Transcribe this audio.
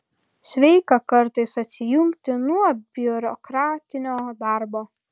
sveika kartais atsijungti nuo biurokratinio darbo